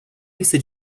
lista